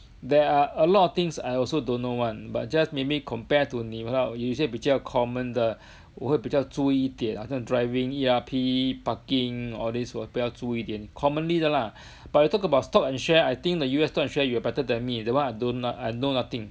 there are a lot of things I also don't know [one] but just maybe compared to 你有有一些比较 common 的我会比较注意一点好像 driving E_R_P parking all these 我比较注意一点 commonly 的啦 but you talk about stock and share I think the U_S stock and share you are better than me that one I don't know I know nothing